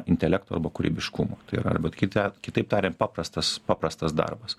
intelekto arba kūrybiškumo tai yra arba kitai kitaip tariant paprastas paprastas darbas